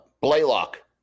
Blaylock